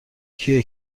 کیه